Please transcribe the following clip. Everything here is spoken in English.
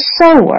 sower